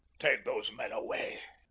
take those men away.